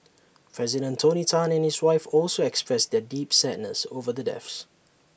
president tony Tan and his wife also expressed their deep sadness over the deaths